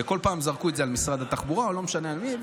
וכל פעם זרקו את זה על משרד התחבורה או לא משנה על מי,